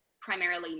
primarily